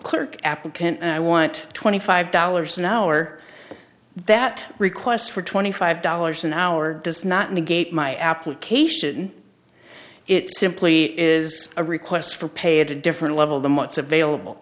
clerk applicant and i want twenty five dollars an hour that requests for twenty five dollars an hour does not negate my application it simply is a request for pay at a different level than what's available